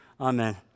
Amen